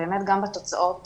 גם בתוצאות